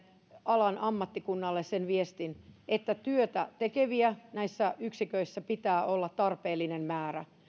alan ammattikunnalle sen viestin että työtä tekeviä näissä yksiköissä pitää olla tarpeellinen määrä